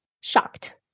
shocked